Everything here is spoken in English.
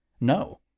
No